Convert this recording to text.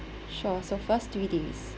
sure so first three days